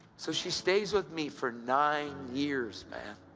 so she stays with me for nine years, man.